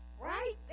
Right